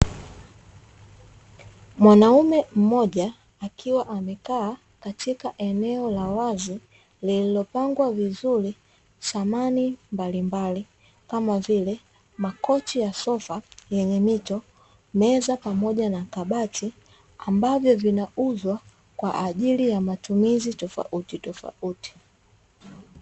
Mwanaume mmoja akiwa amekaa katika eneo la wazi lililopangwa vizuri samani mbalimbali kamavile:makochi ya sofa yenye mito, meza pamoja na kabati ambavyo vinauzwa kwa ajili ya matumizi tofautitofauti.